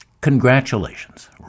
Congratulations